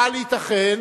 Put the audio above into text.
אבל ייתכן